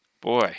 boy